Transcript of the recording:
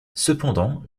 cependant